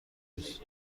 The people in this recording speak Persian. روز